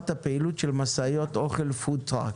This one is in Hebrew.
הפעילות של משאיות אוכל (food truck).